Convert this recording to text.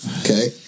okay